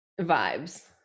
vibes